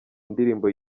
indirimbo